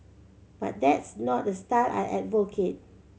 but that's not a style I advocate